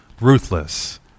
ruthless